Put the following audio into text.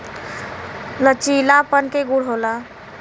लचीलापन के गुण होला